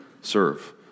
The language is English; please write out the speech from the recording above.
Serve